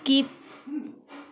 skip